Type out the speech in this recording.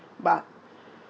but